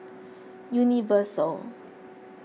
Universal